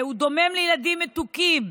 הוא דומם לילדים מתוקים,